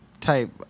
type